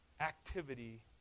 activity